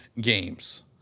games